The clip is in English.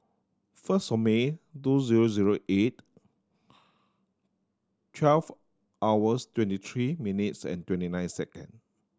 first of May two zero zero eight twelve hours twenty three minutes and twenty nine second